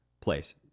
place